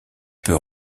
peut